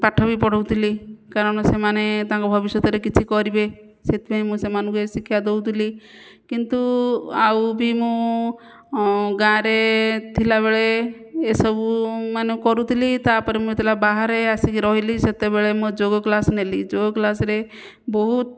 ପାଠ ବି ପଢ଼ାଉଥିଲି କାରଣ ସେମାନେ ତାଙ୍କ ଭବିଷ୍ୟତରେ କିଛି କରିବେ ସେଥିପାଇଁ ମୁଁ ସେମାନଙ୍କୁ ଏ ଶିକ୍ଷା ଦଉଥିଲି କିନ୍ତୁ ଆଉ ବି ମୁଁ ଗାଁରେ ଥିଲାବେଳେ ଏସବୁ ମାନେ କରୁଥିଲି ତା'ପରେ ମୁଁ ଯେତେବେଳେ ବାହାରେ ଆସିକି ରହିଲି ସେତେବେଳେ ମୁଁ ଯୋଗ କ୍ଲାସ୍ ନେଲି ଯୋଗ କ୍ଲାସ୍ରେ ବହୁତ